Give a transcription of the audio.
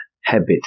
habit